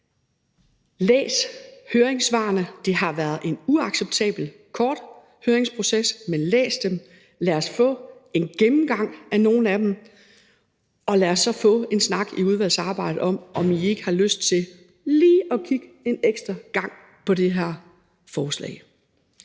læs høringssvarene. Det har været en uacceptabelt kort høringsproces, men læs dem, lad os få en gennemgang af nogle af dem, og lad os så få en snak i udvalgsarbejdet om, om I ikke har lyst til lige at kigge en ekstra gang på det her forslag.